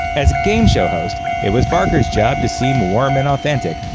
as a game show host, it was barker's job to seem warm and authentic,